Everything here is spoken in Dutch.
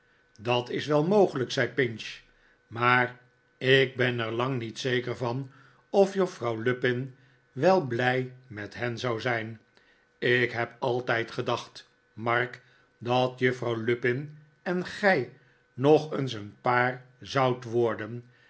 dat is wel mogelijk zei pinch maar ik ben er lang niet zeker van of juffrouw lupin wel blij met hen zou zijn ik heb altijd gedacht mark dat juffrouw lupin en gij nog eens een paar zoudt worden